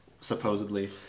supposedly